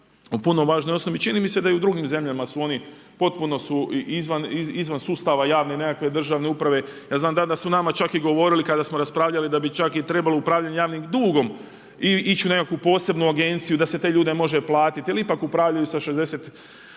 se ne razumije./… i čini mi se da i u drugim zemljama su oni potpuno su izvan sustava javne državne uprave. Ja znam da su nama čak i govorili, kada smo raspravljali da bi čak trebalo upravljanje javnim dugom, ići u nekakvu posebnu agenciju, da se te ljude može platiti, jer ipak upravljaju sa 60%